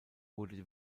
wurde